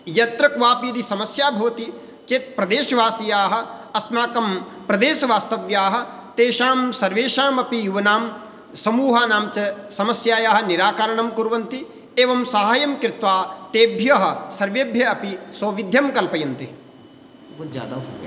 यत्र क्वापि यदि समस्या भवति चेत् प्रदेशवासियाः अस्माकं प्रदेशवास्तव्याः तेषां सर्वेषामपि यूनां समूहानां च समस्यायाः निराकारणं कुर्वन्ति एवं साहाय्यं कृत्वा तेभ्यः सर्वेभ्यः अपि सौविध्यं कल्पयन्ति बहुत जादा हो गया